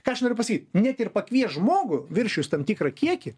ką aš noriu pasakyt net ir pakviest žmogų viršijus tam tikrą kiekį